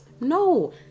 No